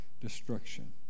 Destruction